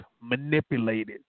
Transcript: manipulated